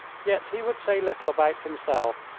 yet he would say little about himself,